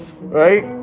right